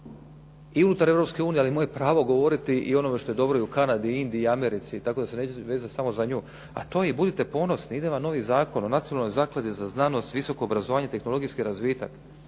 unije ali je moje pravo govoriti i ono što je dobro i u Kanadi, Indiji, Americi tako da se neću vezati samo za nju. A to je, budite ponosni, ide vam novi Zakon o Nacionalnoj nakladi za znanost, visoko obrazovanje i tehnologijski razvitak.